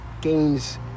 gains